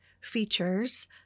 features